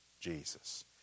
Jesus